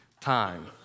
time